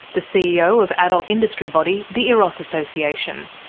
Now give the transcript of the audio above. the ceo of adult industry body the eros association.